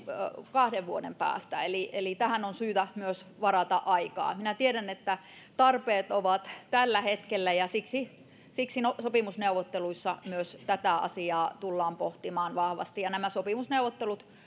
kahden vuoden päästä eli eli tähän on syytä myös varata aikaa minä tiedän että tarpeet ovat tällä hetkellä ja siksi siksi sopimusneuvotteluissa myös tätä asiaa tullaan pohtimaan vahvasti nämä sopimusneuvottelut